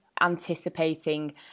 anticipating